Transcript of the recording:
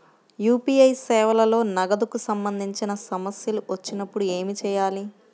UPI సేవలలో నగదుకు సంబంధించిన సమస్యలు వచ్చినప్పుడు ఏమి చేయాలి?